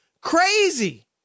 crazy